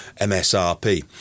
MSRP